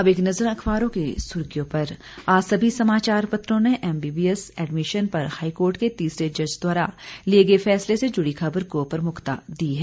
अब एक नजर अखबारों की सुर्खियों पर आज सभी समाचार पत्रों ने एमबीबीएस एडमिशन पर हाईकोर्ट के तीसरे जज द्वारा लिए गए फैसले से जुड़ी खबर को प्रमुखता दी है